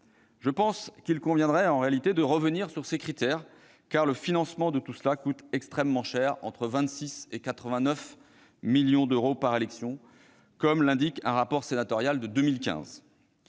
Je pense qu'il conviendrait de revenir sur ces critères, car le financement de tout cela coûte extrêmement cher : entre 26 millions et 89 millions d'euros par élection, comme l'indique un rapport sénatorial de 2015.